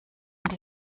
die